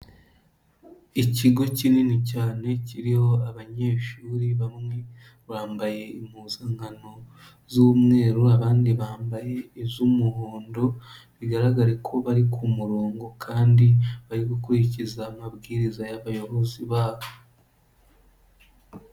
Ikigo kinini cyane kiriho abanyeshuri, bamwe bambaye impuzankano z'umweru abandi bambaye iz'umuhondo bigaragare ko bari ku murongo kandi bari gukurikiza amabwiriza y'abayobozi babo.